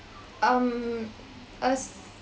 um a